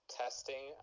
testing